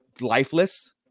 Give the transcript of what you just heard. lifeless